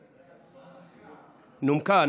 נומקה,